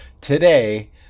today